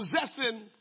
possessing